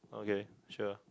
okay sure